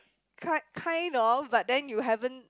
ki~ kind of but then you haven't